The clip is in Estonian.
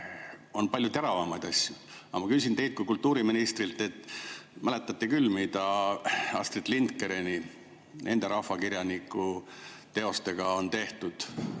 on palju teravamaid asju. Ja ma küsin teilt kui kultuuriministrilt. Mäletate küll, mida Astrid Lindgreni, rootsi rahvakirjaniku teostega on tehtud